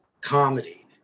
comedy